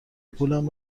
پولم